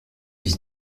dix